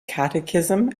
catechism